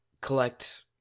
collect